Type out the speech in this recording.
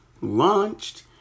launched